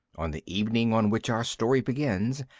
on the evening on which our story begins,